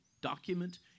document